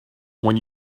when